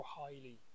highly